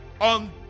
on